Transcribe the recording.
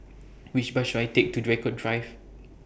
Which Bus should I Take to Draycott Drive